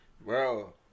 bro